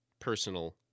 personal